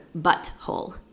butthole